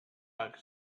back